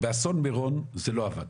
באסון מירון זה לא עבד,